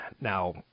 Now